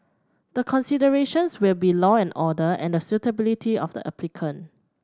the considerations will be law and order and the suitability of the applicant